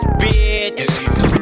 bitch